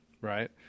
right